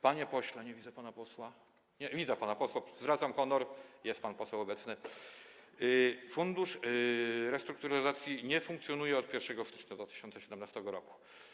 Panie pośle - nie widzę pana posła, a nie, widzę pana posła, zwracam honor, jest pan poseł obecny - fundusz restrukturyzacji nie funkcjonuje od 1 stycznia 2017 r.